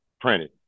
printed